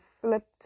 slipped